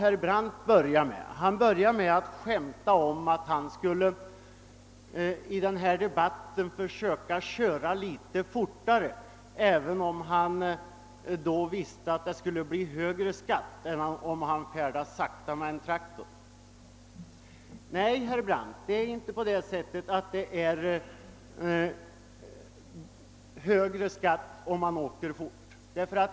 Herr Brandt började med att skämta om att han skulle försöka köra litet fortare i den här debatten, även om han visste att det skulle bli högre skatt än om man färdades sakta på en traktor. Nej, herr Brandt, det blir inte högre skatt om man åker fort.